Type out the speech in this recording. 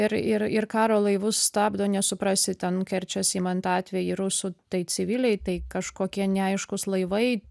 ir ir ir karo laivus stabdo nesuprasi ten kerčės imant atvejį rusų tai civiliai tai kažkokie neaiškūs laivai